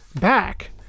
back